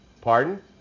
Pardon